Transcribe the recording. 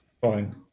Fine